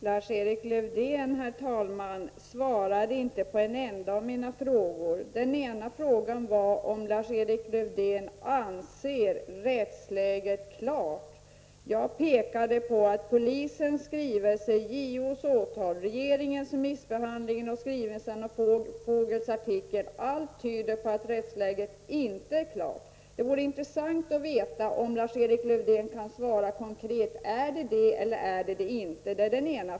Herr talman! Lars-Erik Lövdén svarade inte på en enda av mina frågor. Den första frågan gällde om Lars-Erik Lövdén anser att rättsläget är klart. Jag pekade på att polisens skrivelse, JOs åtal, regeringens remissbehandling och skrivelsen och Vogels artikel alla tyder på att rättsläget inte är klart. Det vore intressant att veta om Lars-Erik Lövdén kan svara konkret: Är det klart eller inte? Det är den ena frågan.